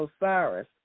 Osiris